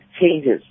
changes